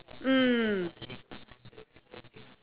mm